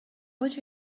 what